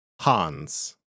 Hans